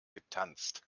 getanzt